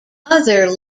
other